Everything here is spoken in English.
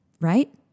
right